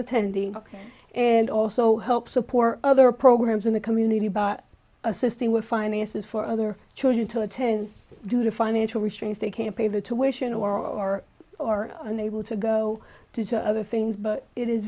attending and also help support other programs in the community by assisting with finances for other children to attend due to financial restraints they can't pay the tuition or or unable to go to other things but it is